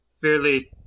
fairly